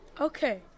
Okay